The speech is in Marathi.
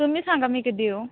तुम्ही सांगा मी कधी येऊ